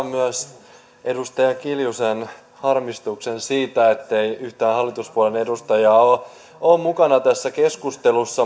myös edustaja kiljusen harmistuksen siitä ettei yhtään hallituspuolueiden edustajaa ole ole mukana tässä keskustelussa